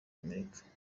amerika